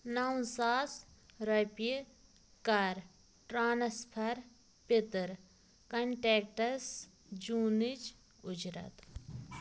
نَو ساس رۄپیہِ کَر ٹرٛانسفَر پیٚتٕر کنٹیکٹَس جوٗنٕچ اُجرت